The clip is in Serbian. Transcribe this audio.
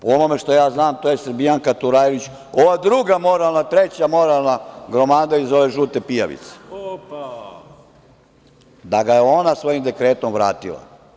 Po onome što ja znam, to je Srbijanka Turajlić, ova druga moralna, treća moralna gromada iz ove žute pijavice, da ga je ona svojim dekretom vratila.